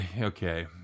Okay